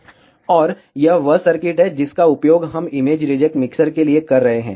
और यह वह सर्किट है जिसका उपयोग हम इमेज रिजेक्ट मिक्सर के लिए कर रहे हैं